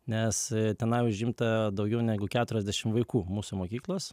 nes tenai užimta daugiau negu keturiasdešim vaikų mūsų mokyklos